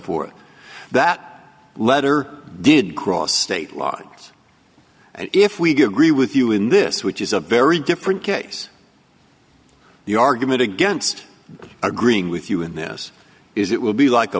forth that letter did cross state lines if we get a green with you in this which is a very different case the argument against agreeing with you and this is it will be like a